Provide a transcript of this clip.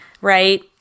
right